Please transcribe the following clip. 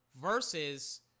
versus